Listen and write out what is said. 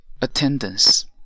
attendance